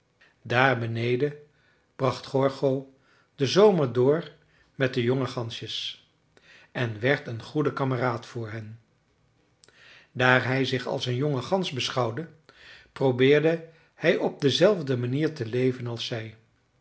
daar beneden bracht gorgo den zomer door met de jonge gansjes en werd een goede kameraad voor hen daar hij zich als een jonge gans beschouwde probeerde hij op dezelfde manier te leven als zij